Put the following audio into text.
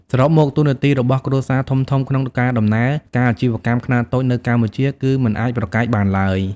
សរុបមក តួនាទីរបស់គ្រួសារធំៗក្នុងការដំណើរការអាជីវកម្មខ្នាតតូចនៅកម្ពុជាគឺមិនអាចប្រកែកបានឡើយ។